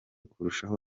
kurusha